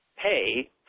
pay